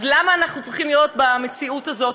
אז למה אנחנו צריכים להיות במציאות הזאת?